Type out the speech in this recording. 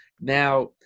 Now